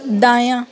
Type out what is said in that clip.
دایاں